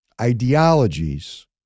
ideologies